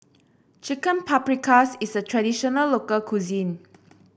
Chicken Paprikas is a traditional local cuisine